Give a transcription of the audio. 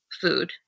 food